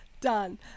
done